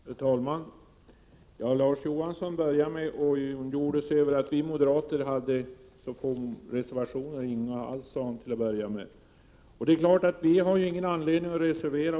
Herr talman! Larz Johansson ondgjorde sig över att vi moderater hade så få reservationer — inga alls, sade han till en början.